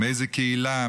מאיזו קהילה,